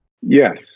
Yes